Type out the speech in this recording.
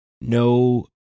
no